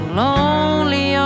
lonely